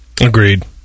agreed